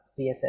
CSS